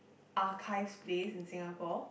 archives place in Singapore